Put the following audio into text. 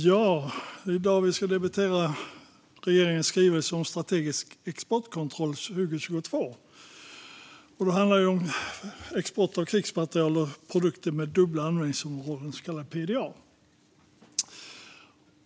Herr talman! I dag debatterar vi regeringens skrivelse om strategisk exportkontroll 2022. Det handlar om export av krigsmateriel och produkter med dubbla användningsområden, så kallade PDA.